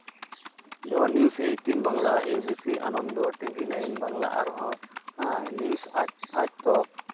ᱡᱮᱢᱚᱱ news eighteen Bangla A B P Ananda TV nine Bangla ᱟᱨᱦᱚᱸ news Aaj Aajtak